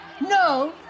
No